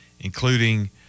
including